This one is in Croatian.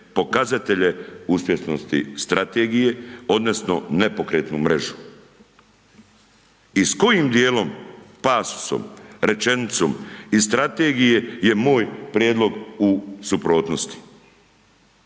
pokazatelje uspješnosti strategije, odnosno nepokretnu mrežu i s kojim dijelom, pasom, rečenicom iz strategije je moj prijedlog u suprotnosti.